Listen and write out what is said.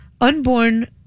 unborn